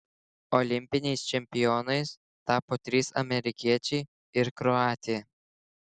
olimpiniais čempionais tapo trys amerikiečiai ir kroatė